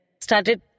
started